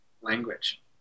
language